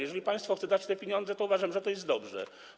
Jeżeli państwo chce dać te pieniądze, to uważam, że to dobrze.